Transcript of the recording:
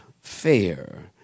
fair